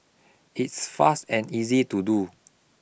it's fast and easy to do